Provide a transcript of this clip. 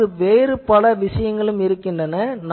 இப்போது வேறு பல விஷயங்களும் வருகின்றன